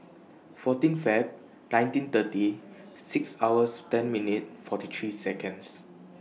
fourteen Feb nineteen thirty six hours ten minutes forty three Seconds